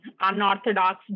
unorthodox